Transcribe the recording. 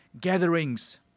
gatherings